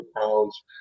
pounds